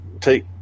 take